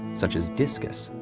such as discus,